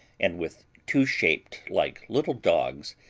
and with two shaped like little dogs,